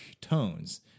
tones